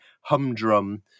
humdrum